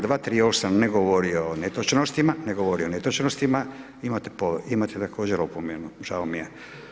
Čl. 238. ne govori o netočnostima, ne govori o netočnostima, imate također opomenu, žao mi je.